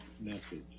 message